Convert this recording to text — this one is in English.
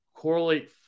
correlate